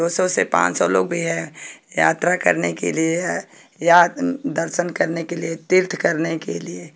दो सौ से पाँच लोग भी हैं यात्रा करने के लिए या दर्शन करने के लिए तीर्थ करने के लिए